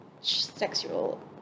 sexual